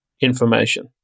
information